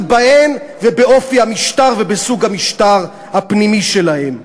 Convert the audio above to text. בהן ובאופי המשטר ובסוג המשטר הפנימי שלהן.